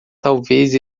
talvez